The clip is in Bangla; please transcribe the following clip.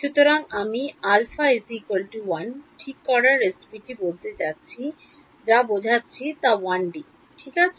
সুতরাং আমি α 1 ঠিক করার রেসিপিটি বলতে যা বোঝাচ্ছি তা 1D ঠিক আছে